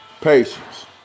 Patience